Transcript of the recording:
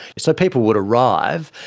so people would arrive,